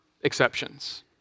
exceptions